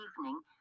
evening